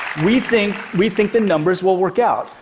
we think we think the numbers will work out,